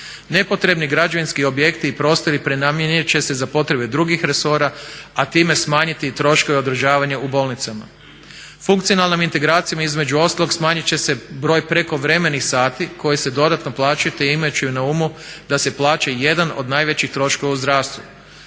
Nepotrebni građevinski objekti i prostori prenamijeniti će se za potrebe drugih resora a time smanjiti i troškove održavanja u bolnicama. Funkcionalnom integracijom između ostalog smanjiti će se broj prekovremenih sati koji se dodatno plaćaju te imajući na umu da se plaća jedan od najvećih troškova u zdravstvu.